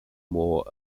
more